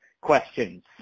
questions